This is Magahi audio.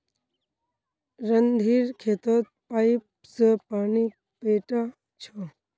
रणधीर खेतत पाईप स पानी पैटा छ